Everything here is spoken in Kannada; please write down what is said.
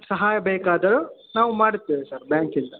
ಸಹಾಯ ಬೇಕಾದರೂ ನಾವು ಮಾಡುತ್ತೇವೆ ಸರ್ ಬ್ಯಾಂಕಿಂದ